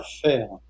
faire